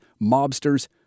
mobsters